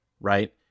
right